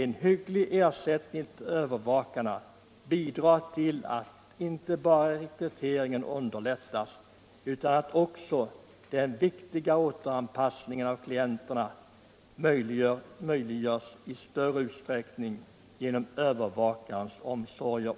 En hygglig ersättning till övervakarna bidrar inte bara till att rekryteringen underlättas utan också till att den viktiga återanpassningen av klienter möjliggörs i större utsträckning genom övervakarens omsorger.